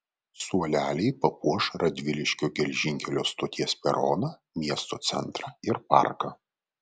suoleliai papuoš radviliškio geležinkelio stoties peroną miesto centrą ir parką